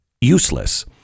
useless